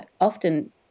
often